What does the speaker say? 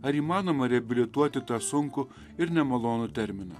ar įmanoma reabilituoti tą sunkų ir nemalonų terminą